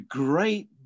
great